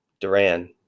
Duran